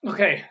Okay